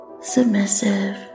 Submissive